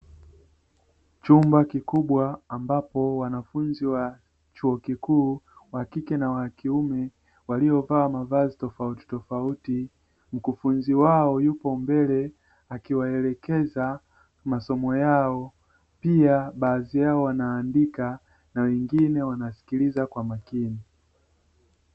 Chumba kikubwa ambapo wanafunzi wa chuo kikuu wa kike na wa kiume waliovaa mavazi tofautitofauti, mkufunzi wao yuko mbele akiwaelekeza masomo yao; pia baadhi yao wanaandika na wengine wanasikiliza kwa makini.